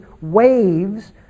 waves